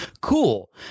cool